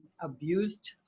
abused